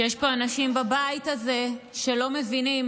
שיש פה אנשים בבית הזה שלא מבינים